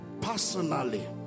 personally